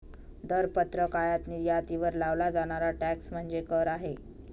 दरपत्रक आयात निर्यातीवर लावला जाणारा टॅक्स म्हणजे कर आहे